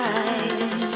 eyes